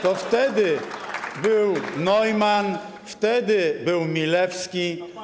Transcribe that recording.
To wtedy był Neumann, wtedy był Milewski.